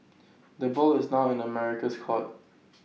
the ball is now in America's court